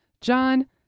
John